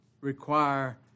require